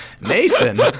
Mason